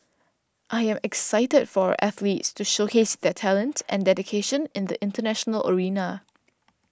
I am excited for our athletes to showcase their talents and dedication in the international arena